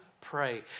pray